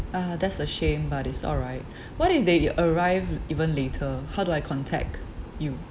ah that's a shame but it's alright what if they arrive even later how do I contact you